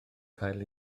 cael